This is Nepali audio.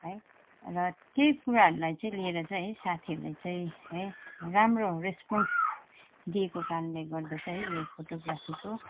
है र त्यही कुराहरूलाई चाहिँ लिएर चाहिँ है साथीहरूले चाहिँ है राम्रो रेस्पोन्स दिएको कारणले गर्दा चाहिँ है यो फोटोग्राफीको